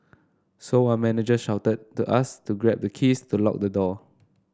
so our manager shouted to us to grab the keys to lock the door